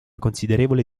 considerevole